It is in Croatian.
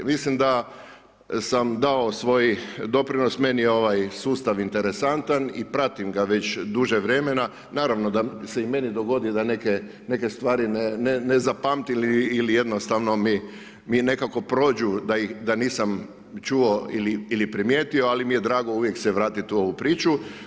Mislim da sam dao svoj doprinos, meni je ovaj sustav interesantan i pratim ga već duže vremena, naravno da se i meni dogodi da neke stvari ne zapamtim ili jednostavno mi nekako prođu da nisam čuo ili primijetio, ali mi je drago uvijek se vratit u ovu priču.